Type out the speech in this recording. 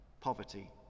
poverty